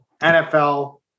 nfl